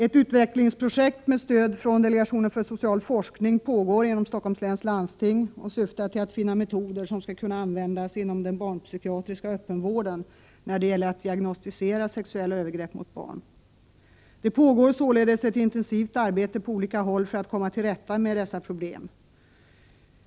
Ett utvecklingsprojekt med stöd från delegationen för social forskning pågår inom Stocksholms läns landsting. Det syftar till att finna metoder som skall kunna användas inom den barnpsykiatriska öppenvården när det gäller att diagnostisera sexuella övergrepp mot barn. Ett intensivt arbete pågår således på olika håll för att komma till rätta med dessa problem.